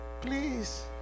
please